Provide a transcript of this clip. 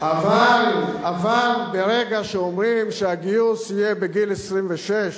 אבל ברגע שאומרים שהגיוס יהיה בגיל 26,